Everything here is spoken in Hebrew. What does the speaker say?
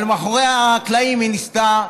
אבל מאחורי הקלעים היא ניסתה,